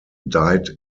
died